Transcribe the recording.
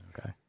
Okay